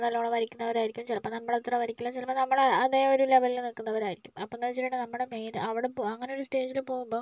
നല്ലോണം വരയ്ക്കുന്നവരായിരിക്കും ചിലപ്പം നമ്മളത്ര വരയ്ക്കില്ല ചിലപ്പം നമ്മള് അതേ ഒരു ലെവലില് നിൽക്കുന്നവരായിരിക്കും അപ്പം എന്താന്ന് വെച്ചിട്ടുണ്ടെങ്കിൽ നമ്മുടെ മെയിന് അവിടെ അങ്ങനൊരു സ്റ്റേജില് പോകുമ്പം